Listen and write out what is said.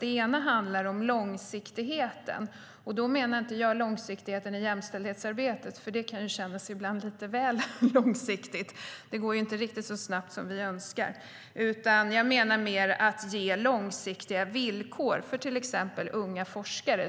Det ena handlar om långsiktigheten, och då menar jag inte långsiktigheten i jämställdhetsarbetet, för det kan ibland kännas lite väl långsiktigt - det går ju inte riktigt så snabbt som vi önskar - utan jag menar mer att ge långsiktiga villkor för till exempel unga forskare.